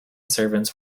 servants